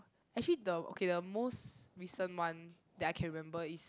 actually the okay the most recent one that I can remember is